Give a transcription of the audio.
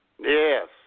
yes